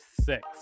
six